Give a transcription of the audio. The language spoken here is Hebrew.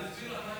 אני אסביר לך.